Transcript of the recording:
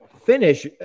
finish